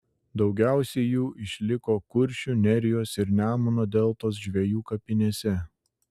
daugiausiai jų išliko kuršių nerijos ir nemuno deltos žvejų kapinėse